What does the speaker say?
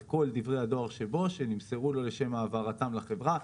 כל דברי הדואר שבו שנמסרו לו לשם העברתם לחברה,